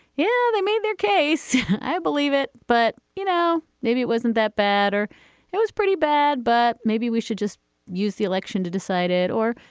yeah, they made their case i believe it. but, you know, maybe it wasn't that bad or it was pretty bad, but maybe we should just use the election to decide it or.